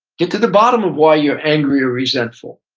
get to the bottom of why you're angry or resentful.